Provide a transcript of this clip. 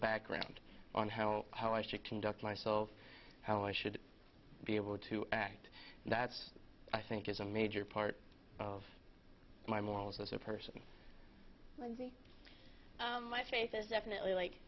background on how how i should conduct myself how i should be able to act that's i think is a major part of my morals as a person my face is definitely like